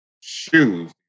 shoes